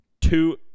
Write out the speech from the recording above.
Two